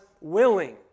willing